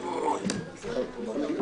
מי בעד